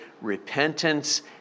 repentance